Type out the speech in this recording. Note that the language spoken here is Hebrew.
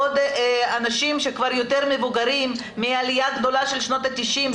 לעבוד אלה אנשים שכבר יותר מבוגרים מהעליה הגדולה של שנות ה-90.